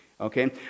okay